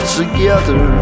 together